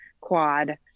quad